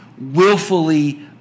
willfully